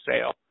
sale